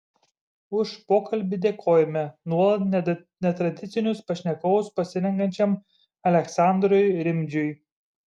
už pokalbį dėkojame nuolat netradicinius pašnekovus pasirenkančiam aleksandrui rimdžiui